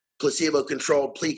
placebo-controlled